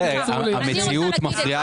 הבעיה היחידה